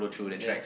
ya